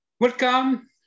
welcome